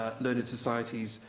ah learned society's